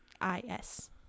I-S